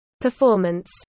Performance